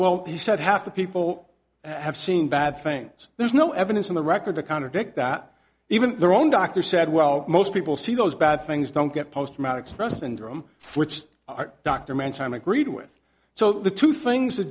well he said half the people have seen bad things there's no evidence in the record to contradict that even their own doctor said well most people see those bad things don't get post traumatic stress syndrome which are dr mann time agreed with so the two things